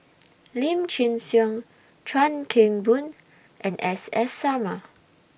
Lim Chin Siong Chuan Keng Boon and S S Sarma